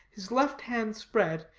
his left hand spread,